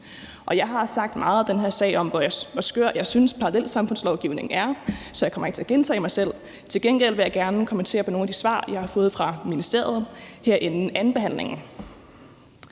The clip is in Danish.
den her sag om, hvor skør jeg synes parallelsamfundslovgivningen er, så jeg kommer ikke til at gentage mig selv. Til gengæld vil jeg gerne kommentere på nogle af de svar, jeg har fået fra ministeriet her inden andenbehandlingen.